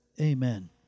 amen